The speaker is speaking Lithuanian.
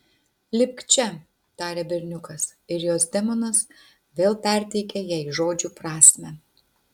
lipk čia tarė berniukas ir jos demonas vėl perteikė jai žodžių prasmę